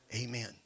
Amen